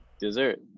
Dessert